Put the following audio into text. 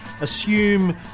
assume